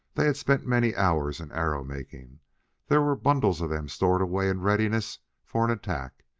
they had spent many hours in arrow making there were bundles of them stored away in readiness for an attack,